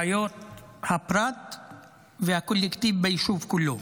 בעיות הפרט והקולקטיב ביישוב כולו.